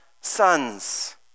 sons